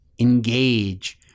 engage